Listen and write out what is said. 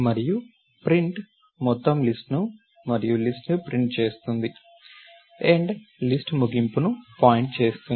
మరియు ప్రింట్ మొత్తం లిస్ట్ ను మరియు లిస్ట్ ను ప్రింట్ చేస్తుంది ఎండ్ లిస్ట్ ముగింపును పాయింట్ చేస్తుంది